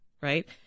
right